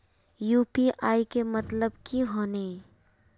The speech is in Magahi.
यु.पी.आई के मतलब की होने?